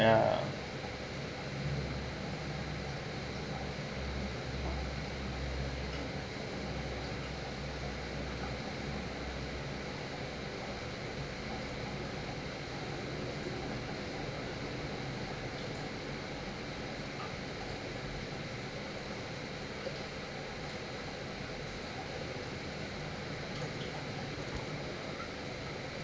ya